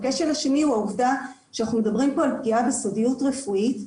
הכשל השני הוא העובדה שאנחנו מדברים פה על פגיעה בסודיות רפואית.